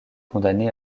condamné